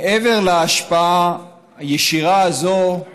מעבר להשפעה הישירה הזאת,